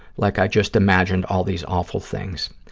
like i just imagined all these awful things.